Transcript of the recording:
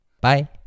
Bye